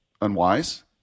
unwise